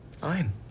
Fine